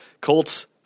Colts